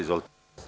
Izvolite.